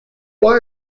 why